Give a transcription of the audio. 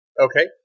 Okay